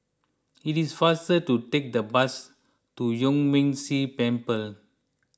it is faster to take the bus to Yuan Ming Si Temple